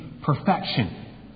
perfection